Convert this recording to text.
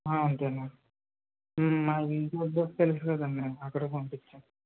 అంతే అండి మా ఇంటి అడ్రస్ తెలుసు కదండీ అక్కడికి పంపిచ్చండి